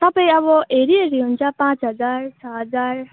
तपाईँ अब हेरी हेरी हुन्छ पाँच हजार छ हजार